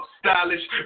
stylish